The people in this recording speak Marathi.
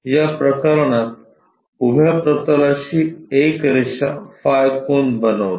या प्रकरणात उभ्या प्रतलाशी एक रेषा फाय कोन बनविते